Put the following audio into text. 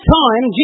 time